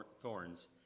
thorns